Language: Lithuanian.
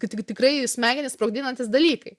kai tik tikrai smegenis sprogdinantys dalykai